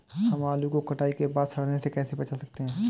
हम आलू को कटाई के बाद सड़ने से कैसे बचा सकते हैं?